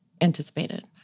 anticipated